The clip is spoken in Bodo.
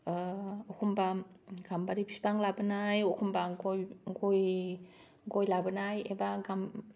ओखम्बा गामबारि बिफां लाबोनाय ओखोम्बा गय लाबोनाय एबा